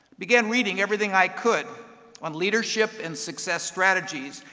began reading everything i could on leadership and success strategies,